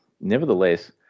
Nevertheless